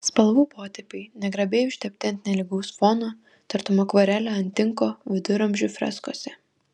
spalvų potėpiai negrabiai užtepti ant nelygaus fono tartum akvarelė ant tinko viduramžių freskose